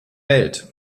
welt